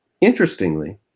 interestingly